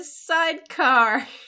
sidecar